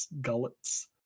gullets